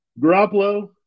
Garoppolo